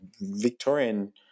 Victorian